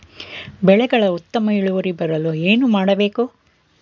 ಬೆಳೆಗಳ ಉತ್ತಮ ಇಳುವರಿ ಬರಲು ಏನು ಮಾಡಬೇಕು?